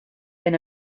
than